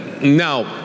Now